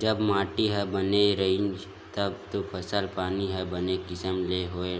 जब माटी ह बने रइही तब तो फसल पानी ह बने किसम ले होय